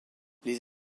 les